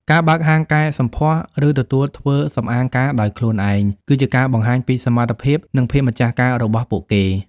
ការបើកហាងកែសម្ផស្ស ឬទទួលធ្វើសម្អាងការដោយខ្លួនឯង គឺជាការបង្ហាញពីសមត្ថភាព និងភាពម្ចាស់ការរបស់ពួកគេ។